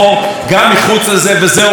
היא לא תוכל לשלוט במאגר הזה.